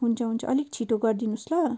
हुन्छ हुन्छ अलिक छिटो गरिदिनु होस् ल